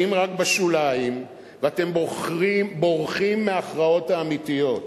רק בשוליים ואתם בורחים מההכרעות האמיתיות.